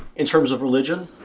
in terms of religion?